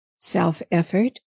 Self-effort